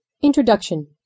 Introduction